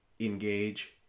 engage